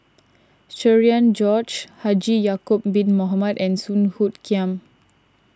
Cherian George Haji Ya'Acob Bin Mohamed and Song Hoot Kiam